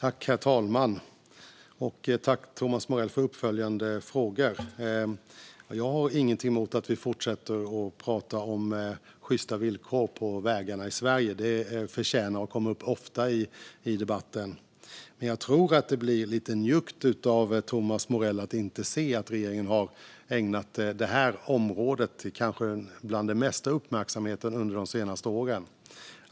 Herr talman! Jag tackar Thomas Morell för hans uppföljande frågor. Jag har ingenting emot att vi fortsätter att prata om sjysta villkor på vägarna i Sverige. Det förtjänar att komma upp ofta i debatten. Men det blir lite njuggt av Thomas Morell att inte se att det här området hör till dem som regeringen ägnat den största uppmärksamheten under de senaste åren.